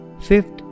Fifth